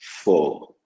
Four